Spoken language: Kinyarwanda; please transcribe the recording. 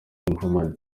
mohamud